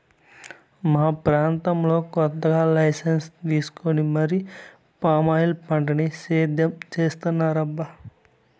మా ప్రాంతంలో కొత్తగా లైసెన్సు తీసుకొని మరీ పామాయిల్ పంటని సేద్యం చేత్తన్నారబ్బా